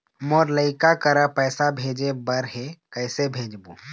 मोर लइका करा पैसा भेजें बर हे, कइसे भेजबो?